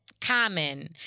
Common